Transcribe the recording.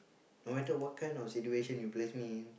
no matter what kind of situation you place me in